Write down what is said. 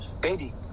Baby